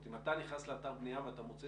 זאת אומרת אם אתה נכנס לאתר בנייה ואתה מוצא